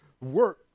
work